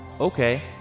Okay